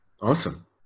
awesome